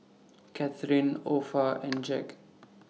Katharyn Opha and Jack